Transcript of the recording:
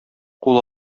кул